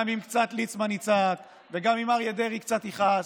גם אם ליצמן קצת יצעק וגם אם אריה דרעי קצת יכעס.